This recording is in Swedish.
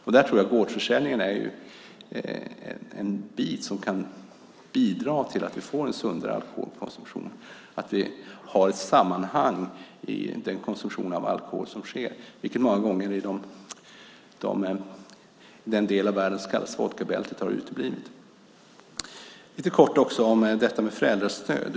Jag tror att gårdsförsäljningen kan bidra till att vi får en sundare alkoholkonsumtion och att vi har ett sammanhang i den konsumtion av alkohol som sker, vilket många gånger har uteblivit i den del av världen som kallas vodkabältet. Låt mig också lite kort säga något om föräldrastöd.